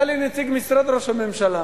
ענה לי נציג משרד ראש הממשלה